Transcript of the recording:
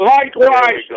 Likewise